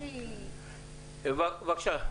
בבקשה.